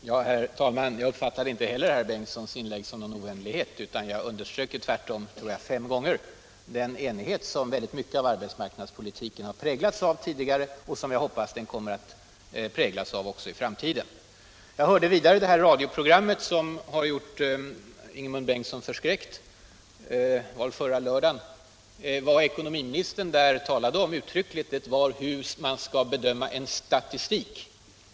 Herr talman! Jag uppfattade inte heller Ingemund Bengtssons inlägg som någon ovänlighet. Jag underströk ju tvärtom, flera gånger, den enighet som mycket av arbetsmarknadspolitiken präglats av tidigare och som jag hoppas att den kommer att präglas av också i framtiden. Jag hörde också det radioprogram — jag tror det var förra lördagen — som gjort Ingemund Bengtsson förskräckt. Vad ekonomiministern där talade om var hur man skall bedöma en statistik.